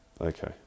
okay